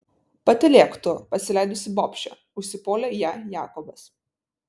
patylėk tu pasileidusi bobše užsipuolė ją jakobas